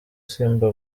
simba